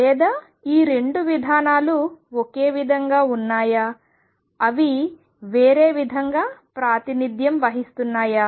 లేదా ఈ రెండు విధానాలు ఒకే విధంగా ఉన్నాయా అవి వేరే విధంగా ప్రాతినిధ్యం వహిస్తున్నాయా